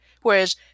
whereas